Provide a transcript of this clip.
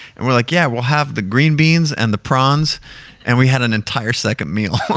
and we're like yeah we'll have the green beans and the prawns and we have an entire second meal.